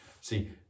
See